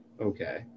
Okay